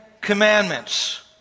commandments